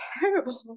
terrible